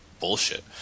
bullshit